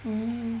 mm